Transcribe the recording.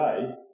today